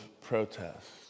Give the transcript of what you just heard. protests